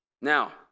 Now